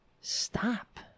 Stop